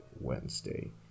wednesday